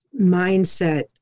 mindset